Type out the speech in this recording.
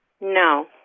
No